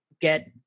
get